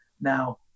now